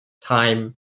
time